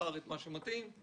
זה